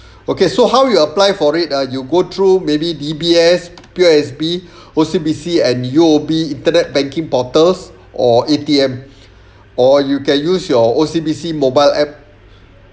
okay so how you apply for it ah you go through maybe D_B_S P_O_S_B O_C_B_C and U_O_B internet banking portals or A_T_M or you can use your O_C_B_C mobile app